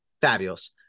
Fabulous